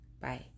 bye